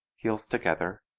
heels together,